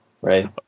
right